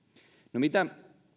no mitä